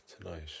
tonight